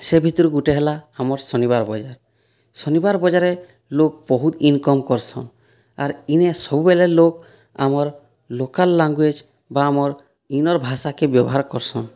ସେ ଭିତ୍ରୁ ଗୁଟେ ହେଲା ଆମର୍ ଶନିବାର୍ ବଜାର୍ ଶନିବାର୍ ବଜାରେ ଲୋକ୍ ବହୁତ୍ ଇନ୍କମ୍ କର୍ସନ୍ ଆର୍ ଇନେ ସବୁବେଲେ ଲୋକ୍ ଆମର୍ ଲୋକାଲ୍ ଲାଙ୍ଗୁଏଜ୍ ବା ଆମର୍ ଇନର୍ ଭାଷାକେ ବ୍ୟବହାର୍ କର୍ସନ୍